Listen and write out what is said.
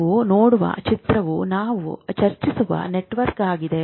ನೀವು ನೋಡುವ ಚಿತ್ರವು ನಾವು ಚರ್ಚಿಸುತ್ತಿರುವ ನೆಟ್ವರ್ಕ್ನದ್ದಾಗಿದೆ